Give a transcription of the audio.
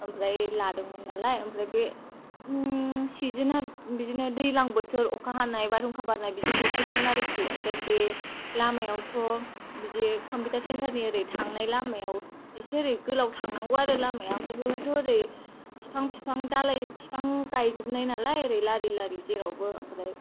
ओमफ्राय लादोंमोन नालाय ओमफ्राय बे सिजोना बिदिनो दैलां बोथोर अखा हानाय बारहुंखा बारनाय बिदि बोथोरमोन आरोखि ओमफ्राय बे लामायावथ' बिदि कम्पिउटार सेन्थारनि ओरै थांनाय लामायाव एसे ओरै गोलाव थांनांगौ आरो लामाया ओमफ्राय बेवहायथ' ओरै बिफां बिफां दालाइ बिफां गायजोबनाय नालाय ओरै लारि लारि जेरावबो ओमफ्राय